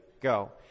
Go